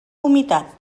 humitat